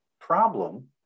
problem